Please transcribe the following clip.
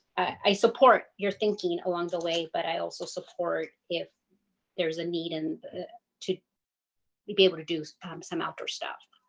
i support your thinking along the way, but i also support if there's a need and to be be able to do some outdoor stuff,